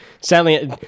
Sadly